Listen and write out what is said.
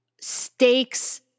stakes